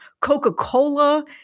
Coca-Cola